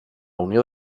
unió